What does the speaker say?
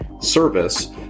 service